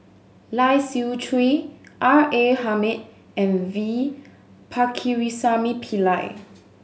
Lai Siu Chiu R A Hamid and V Pakirisamy Pillai